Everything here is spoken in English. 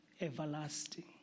everlasting